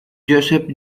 joseph